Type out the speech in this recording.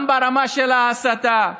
גם ברמה של ההסתה,